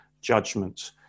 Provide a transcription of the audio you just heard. judgment